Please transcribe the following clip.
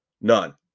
None